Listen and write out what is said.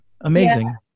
Amazing